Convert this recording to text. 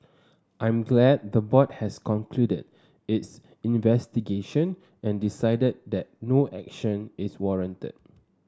I'm glad the board has concluded its investigation and decided that no action is warranted